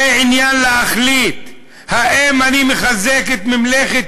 זה עניין של להחליט אם אני מחזק את ממלכת